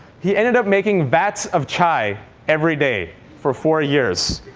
he ended up making vats of chai every day for four years.